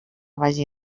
vagi